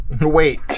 Wait